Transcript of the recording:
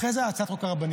אחרי זה הצעת חוק הרבנים.